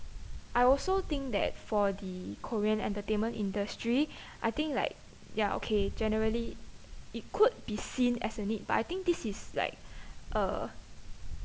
I also think that for the korean entertainment industry I think like ya okay generally it could be seen as a need but I think this is like uh